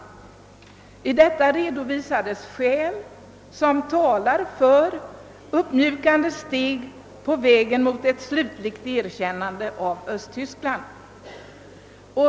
Däri redovisades de skäl som talade för ett stegvis uppmjukande av motsättningarna i riktning mot ett slutligt erkännande av Östtyskland.